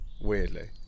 Weirdly